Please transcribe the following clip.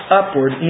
upward